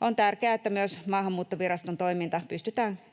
On tärkeää, että myös Maahanmuuttoviraston